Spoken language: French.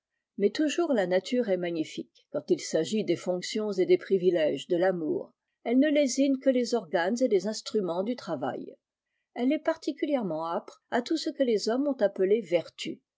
mais toujours la nature est magnifique quand il s'agit des fonctions et des privilèges de l'amour elle ne lésine que les organes et les instruments du travail elle est particulièrement ipre à tout ce que les hommes ont appelé vertu